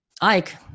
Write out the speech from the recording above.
Ike